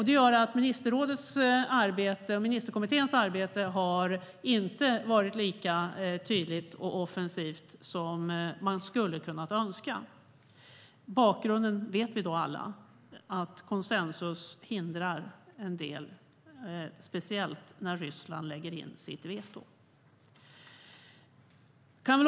Det gör att ministerkommitténs arbete inte har varit lika tydligt och offensivt som man skulle ha kunnat önska. Vi känner alla till bakgrunden, att konsensus kan vara till hinder, speciellt när Ryssland lägger in sitt veto.